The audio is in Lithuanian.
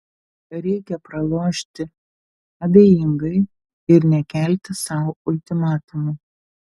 reikia pralošti abejingai ir nekelti sau ultimatumų